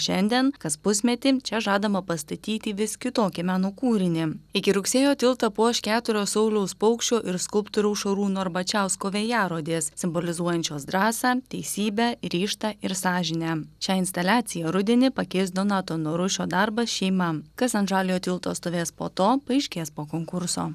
šiandien kas pusmetį čia žadama pastatyti vis kitokį meno kūrinį iki rugsėjo tiltą puoš keturios sauliaus paukščio ir skulptoriaus šarūno arbačiausko vėjarodės simbolizuojančios drąsą teisybę ryžtą ir sąžinę šią instaliaciją rudenį pakeis donato norušio darbas šeima kas ant žaliojo tilto stovės po to paaiškės po konkurso